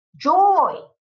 Joy